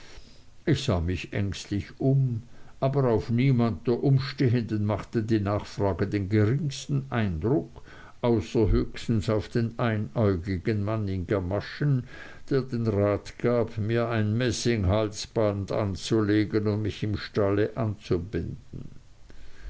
ich sah mich ängstlich um aber auf niemand der umstehenden machte die nachfrage den geringsten eindruck außer höchstens auf einen einäugigen mann in gamaschen der den rat gab mir ein messinghalsband anzulegen und mich im stalle anzubinden